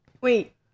wait